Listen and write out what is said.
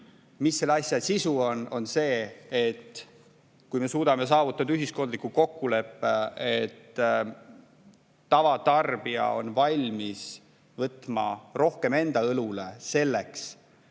on selle asja sisu? See, et kui me suudame saavutada ühiskondliku kokkuleppe, et tavatarbija on valmis võtma rohkem enda õlule, selleks et